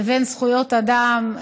לבין זכויות אדם.